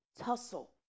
tussle